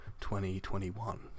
2021